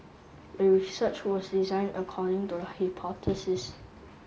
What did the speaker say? the research was designed according to the hypothesis